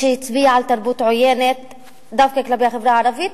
שהצביע על תרבות עוינת דווקא כלפי החברה הערבית,